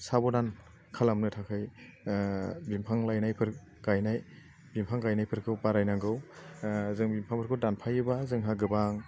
साब'धान खालामनो थाखाय बिफां लायनायफोर गायनाय बिफां गायनायफोरखौ बारायनांगौ जों बिफांफोरखौ दानफायोबा जोंहा गोबां